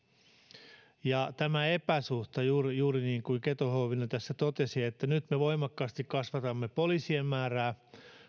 tässä on se epäsuhta juuri juuri niin kuin keto huovinen tässä totesi että nyt me voimakkaasti kasvatamme poliisien määrää mutta